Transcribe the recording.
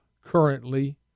currently